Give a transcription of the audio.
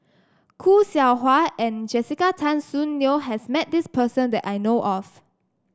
Khoo Seow Hwa and Jessica Tan Soon Neo has met this person that I know of